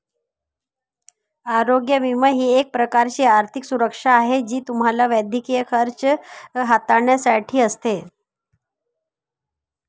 आरोग्य विमा ही एक प्रकारची आर्थिक सुरक्षा आहे जी तुम्हाला वैद्यकीय खर्च हाताळण्यासाठी असते